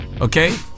Okay